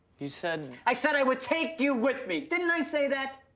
you said i said i would take you with me, didn't i say that?